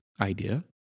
idea